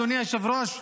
אדוני היושב-ראש,